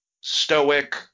stoic